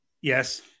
yes